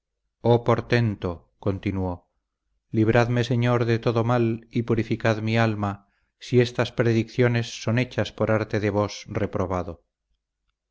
francisco oh portento continuó libradme señor de todo mal y purificad mi alma si estas predicciones son hechas por arte de vos reprobado